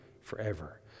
forever